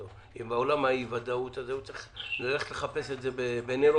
עם עולם אי הוודאות הזה הוא צריך ללכת לחפש את זה בנרות,